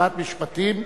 כשרת משפטים,